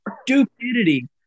stupidity